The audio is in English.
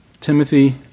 Timothy